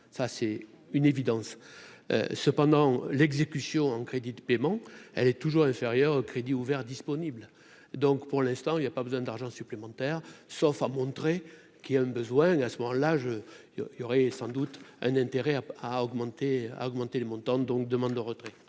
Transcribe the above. ça c'est une évidence, cependant l'exécution en crédits de paiement, elle est toujours au crédit ouvert, disponible, donc pour l'instant il n'y a pas besoin d'argent supplémentaires sauf à montrer qu'il y a un besoin à ce moment-là je il y aurait sans doute un intérêt à augmenter à augmenter le montant donc demande de retrait.